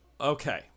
Okay